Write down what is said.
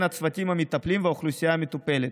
הצוותים המטפלים והאוכלוסייה המטופלת,